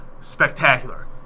spectacular